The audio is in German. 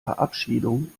verabschiedung